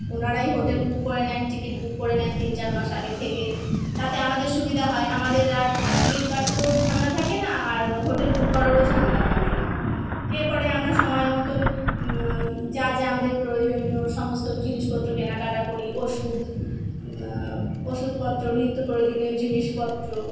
ওনারাই hotel book করে নেন টিকিট বুক করে নেন তিন চার মাস আগে থেকে তাতে আমাদের সুবিধা হয় আমাদের আর টিকিট কাটতেও ঝামেলা থাকে না আর হোটেল বুক করারও ঝামেলা থাকে না এরপরে আমরা সময় মতন যা যা আমাদের প্রয়োজনীয় সমস্ত কিছু জিনিসপত্র কেনাকাটা করি ওষুধ ওষুধপত্র নিত্য প্রয়োজনীয় জিনিসপত্র